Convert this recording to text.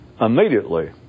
immediately